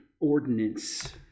ordinance